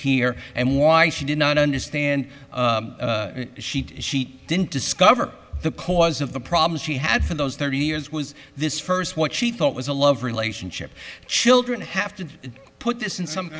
here and why she did not understand she she didn't discover the cause of the problems she had for those thirty years was this first what she thought was a love relationship children have to put this in some